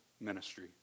ministry